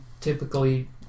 typically